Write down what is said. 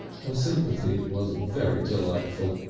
her sympathy was very delightful.